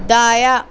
دایا